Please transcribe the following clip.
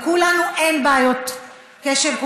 לכולנו אין בעיות קשב.